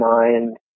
mind